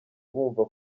bumva